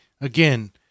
Again